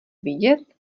vidět